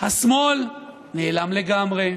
השמאל נעלם לגמרי,